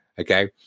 okay